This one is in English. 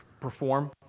perform